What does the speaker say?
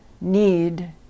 need